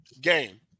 game